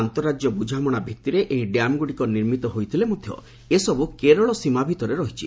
ଆନ୍ତଃରାଜ୍ୟ ବୁଝାମଣା ଭିତ୍ତିରେ ଏହି ଡ୍ୟାମ୍ଗୁଡ଼ିକ ନିର୍ମିତ ହୋଇଥିଲେ ହେଁ ଏସବୁ କେରଳ ସୀମା ଭିତରେ ରହିଛି